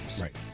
Right